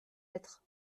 lettre